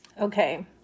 Okay